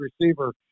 receiver